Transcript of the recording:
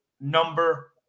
number